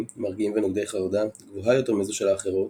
מרגיעים ונוגדי חרדה גבוהה יותר מזו של האחרות,